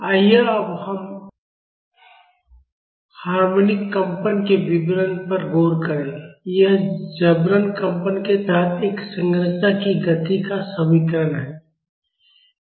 आइए अब हम हार्मोनिक कंपन के विवरण पर गौर करें यह जबरन कंपन के तहत एक संरचना की गति का समीकरण है